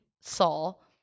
Saul